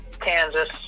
Kansas